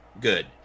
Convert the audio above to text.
good